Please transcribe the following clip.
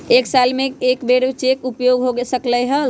एक साल में कै बेर चेक के उपयोग हो सकल हय